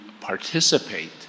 participate